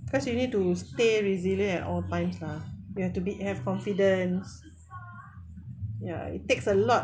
cause you need to stay resilient at all times lah you have to be have confidence ya it takes a lot